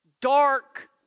dark